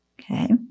Okay